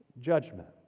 judgment